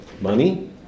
money